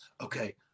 okay